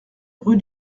rue